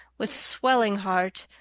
with swelling heart,